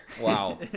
Wow